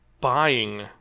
buying